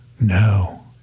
No